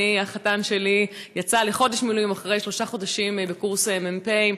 החתן שלי יצא לחודש מילואים אחרי שלושה חודשים בקורס מ"פ,